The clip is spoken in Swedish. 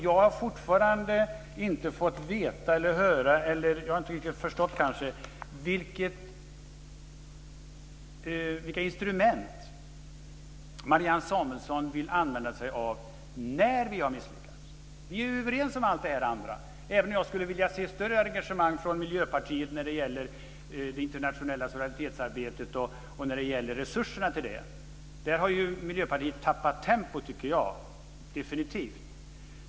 Jag har fortfarande inte fått höra, eller också har jag inte riktigt förstått, vilka instrument Marianne Samuelsson vill använda sig av när vi har misslyckats. Vi är ju överens om allt det andra - även om jag skulle vilja se ett större engagemang från Miljöpartiet när det gäller det internationella solidaritetsarbetet och resurserna till detta. Där tycker jag definitivt att Miljöpartiet har tappat tempo.